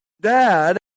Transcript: dad